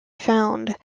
found